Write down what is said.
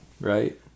right